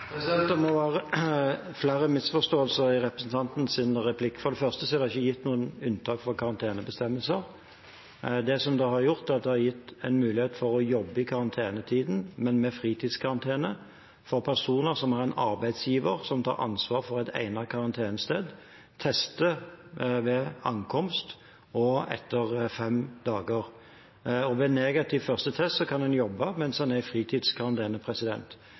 Det må være flere misforståelser i representantens replikk. For det første er det ikke gitt noen unntak for karantenebestemmelser. Det som er gjort, er at det er gitt en mulighet for å jobbe i karantenetiden – men med fritidskarantene – for personer som har en arbeidsgiver som tar ansvar for et egnet karantenested, tester ved ankomst og etter fem dager. Ved negativ første test kan en jobbe mens en er i